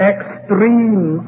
Extreme